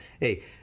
hey